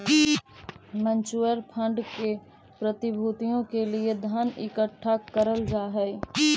mutual fund में प्रतिभूतियों के लिए धन इकट्ठा करल जा हई